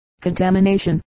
contamination